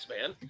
man